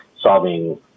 solving